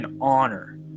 honor